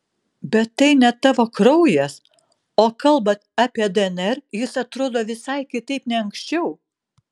bet tai ne tavo kraujas o kalbant apie dnr jis atrodo visai kitaip nei anksčiau